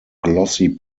glossy